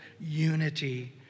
unity